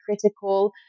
critical